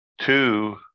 two